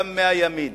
גם מהימין